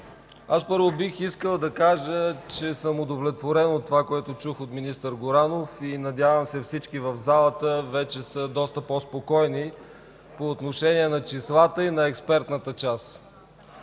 Първо бих искал да кажа, че съм удовлетворен от това, което чух от министър Горанов. Надявам се всички в залата да са доста по-спокойни по отношение на числата и на експертната част.